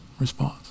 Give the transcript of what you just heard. response